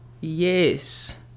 Yes